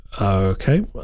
okay